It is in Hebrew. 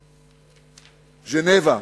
ז'נבה.